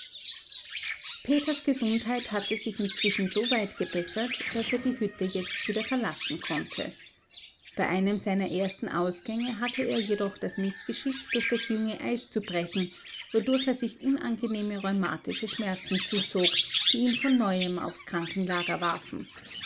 peters gesundheit hatte sich inzwischen so weit gebessert daß er die hütte jetzt wieder verlassen konnte bei einem seiner ersten ausgänge hatte er jedoch das mißgeschick durch das junge eis zu brechen wodurch er sich unangenehme rheumatische schmerzen zuzog die ihn von neuem aufs krankenlager warfen